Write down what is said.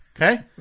Okay